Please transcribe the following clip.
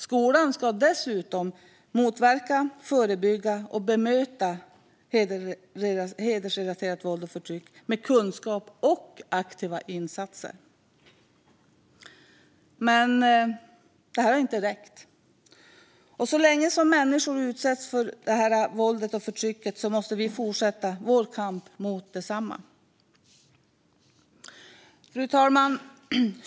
Skolan ska dessutom motverka, förebygga och bemöta hedersrelaterat våld och förtryck med kunskap och aktiva insatser. Men det här har inte räckt, och så länge människor utsätts för detta våld och förtryck måste vi fortsätta vår kamp mot detsamma. Fru talman!